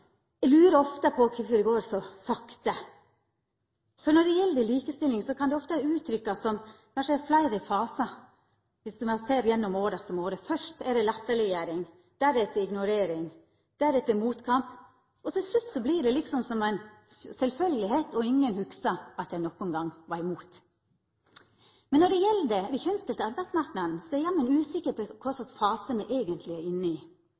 Eg lurer ofte på kvifor det går så sakte. Når det gjeld likestilling, kan det ofte uttrykkjast i fleire fasar, om ein ser det over fleire år: Først er det latterleggjering, deretter ignorering, så motkamp, og til slutt vert det liksom som noko sjølvsagt, og ingen hugsar at ein ein gong var imot. Men når det gjeld den kjønnsdelte arbeidsmarknaden, er eg usikker på kva slags fase me eigentleg er inne i.